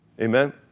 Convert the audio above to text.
Amen